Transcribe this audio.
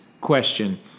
question